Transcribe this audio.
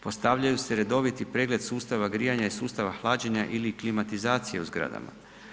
Postavljaju se redoviti pregled sustava grijanja i sustava hlađenja ili klimatizacije u zgradama.